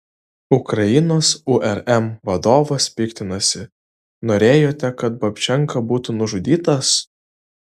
ukrainos urm vadovas piktinasi norėjote kad babčenka būtų nužudytas